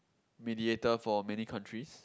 mediator for many countries